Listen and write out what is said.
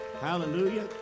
Hallelujah